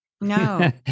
No